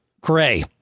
Gray